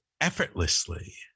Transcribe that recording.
effortlessly